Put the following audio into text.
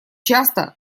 часто